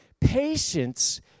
patience